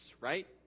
right